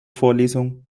vorlesung